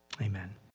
Amen